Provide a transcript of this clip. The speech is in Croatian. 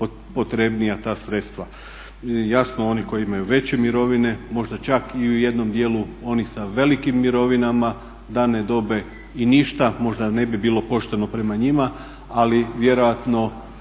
potrebnija ta sredstva. Jasno, oni koji imaju veće mirovine možda čak i u jednom dijelu oni sa velikim mirovinama da ne dobiju ništa. Možda ne bi bilo pošteno prema njima, ali vjerojatno